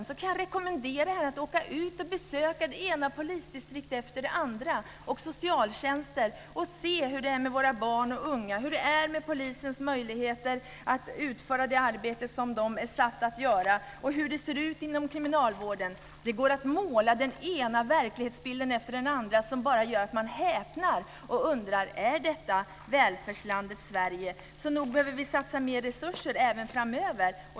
Annars kan jag rekommendera henne att åka ut och besöka det ena polisdistriktet efter det andra och även socialtjänsterna och se hur det är med våra barn och unga. Då får hon se hur det är med polisens möjligheter att utföra det arbete som den är satt att göra och hur det ser ut inom kriminalvården. Det går att måla den ena verklighetsbilden efter den andra, som gör att man bara häpnar och undrar om detta är välfärdslandet Sverige. Så nog behöver vi satsa mer resurser även framöver.